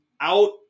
out